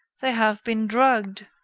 they have been drugged,